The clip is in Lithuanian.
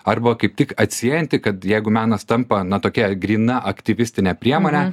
arba kaip tik atsiejanti kad jeigu menas tampa na tokia gryna aktyvistine priemone